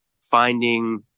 finding